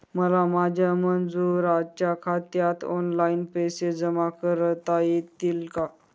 मला माझ्या मजुरांच्या खात्यात ऑनलाइन पैसे जमा करता येतील का?